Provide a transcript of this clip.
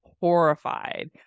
horrified